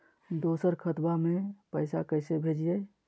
दोसर खतबा में पैसबा कैसे भेजिए?